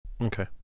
Okay